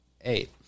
eight